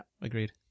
agreed